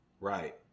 Right